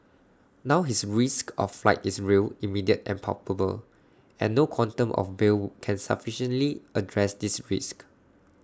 now his risk of flight is real immediate and palpable and no quantum of bail can sufficiently address this risk